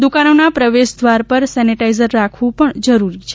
દુકાનોના પ્રવેશ દ્વાર પર સેનિટાઇઝર રાખવું પણ જરૂરી છે